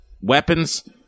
weapons